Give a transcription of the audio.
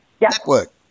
network